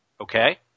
Okay